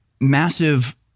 massive